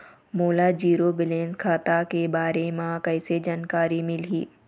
मोला zero balance खाता के बारे म कैसे जानकारी मिलही?